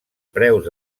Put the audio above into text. preus